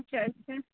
चर छै